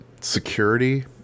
security